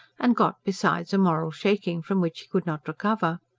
and got, besides, a moral shaking from which he could not recover.